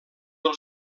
del